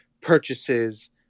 purchases